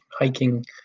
hiking